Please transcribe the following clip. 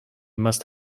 must